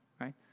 right